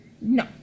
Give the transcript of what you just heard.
No